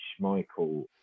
Schmeichel